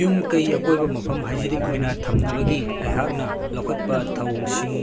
ꯌꯨꯝ ꯀꯩ ꯑꯀꯣꯏꯕꯒꯤ ꯃꯐꯝ ꯍꯥꯏꯖꯅꯤꯛ ꯑꯣꯏꯅ ꯊꯝꯅꯕꯒꯤ ꯑꯩꯍꯥꯛꯅ ꯂꯧꯈꯠꯄ ꯊꯧꯑꯣꯡꯁꯤꯡ